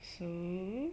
so